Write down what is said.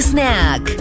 Snack